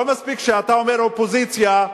לא מספיק שאתה אומר: אופוזיציה,